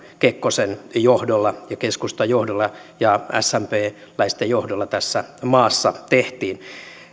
kekkosen johdolla ja keskustan johdolla ja smpläisten johdolla tässä maassa tehtiin